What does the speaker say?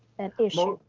an issue.